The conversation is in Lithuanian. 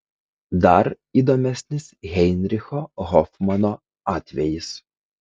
dar įdomesnis heinricho hofmano atvejis